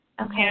Okay